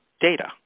data